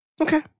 Okay